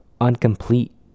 incomplete